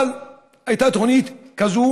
אבל הייתה תוכנית כזאת